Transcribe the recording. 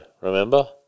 remember